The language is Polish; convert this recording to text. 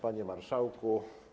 Panie Marszałku!